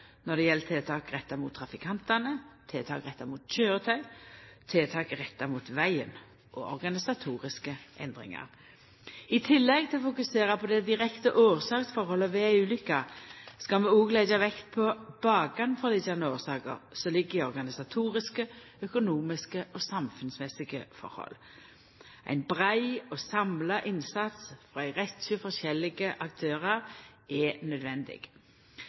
når det gjeld tiltak retta mot trafikantane, tiltak retta mot køyretøy, tiltak retta mot vegen og organisatoriske endringar. I tillegg til å fokusera på dei direkte årsaksforholda ved ei ulukke skal vi òg leggja vekt på bakanforliggjande årsaker som ligg i organisatoriske, økonomiske og samfunnsmessige forhold. Ein brei og samla innsats frå ei rekkje forskjellige aktørar er nødvendig.